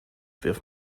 wirf